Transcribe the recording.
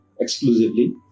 exclusively